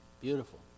Beautiful